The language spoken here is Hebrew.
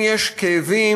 אם יש כאבים,